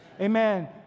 Amen